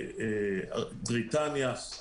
בריטניה,